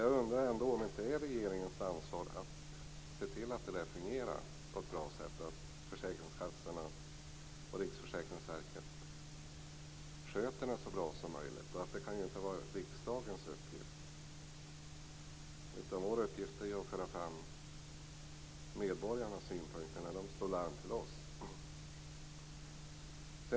Jag undrar ändå om det inte är regeringens ansvar att se till att det fungerar på ett bra sätt och att försäkringskassorna och Riksförsäkringsverket sköter detta så bra som möjligt. Det kan ju inte vara riksdagens uppgift. Vår uppgift är att föra fram medborgarnas synpunkter när de slår larm till oss.